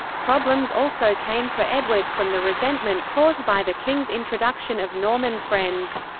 problems also came for edward from the resentment caused by the king's introduction of norman friends.